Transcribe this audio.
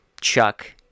chuck